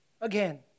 again